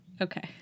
Okay